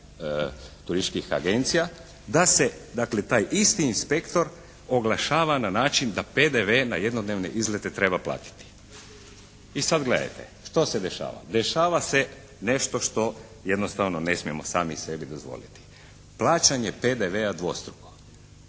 turističkih agencija da se dakle taj isti inspektor oglašava na način da PDV na jednodnevne izlete treba platiti. I sad gledajte što se dešava? Dešava se nešto što jednostavno ne smijemo sami sebi dozvoliti. Plaćanje PDV-a dvostruko.